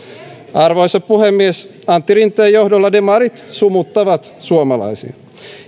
arvoisa puhemies antti rinteen johdolla demarit sumuttavat suomalaisia